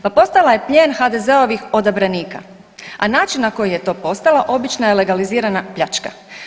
Pa postala je plijen HDZ-ovih odabranika, a način na koji je to postala obična je legalizirana pljačka.